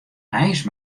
eins